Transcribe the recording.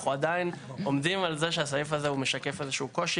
אנחנו עדיין עומדים על זה שהסעיף הזה הוא משקף איזה שהוא קושי.